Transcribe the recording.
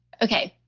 okay,